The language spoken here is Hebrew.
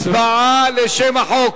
הצבעה, לשם החוק.